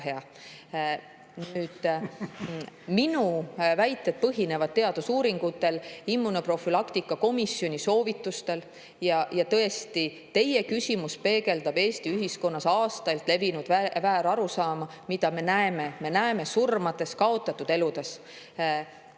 Minu väited põhinevad teadusuuringutel, immunoprofülaktika komisjoni soovitustel. Ja tõesti, teie küsimus peegeldab Eesti ühiskonnas aastaid levinud väärarusaama, mille [tagajärge] me näeme surmades, kaotatud eludes.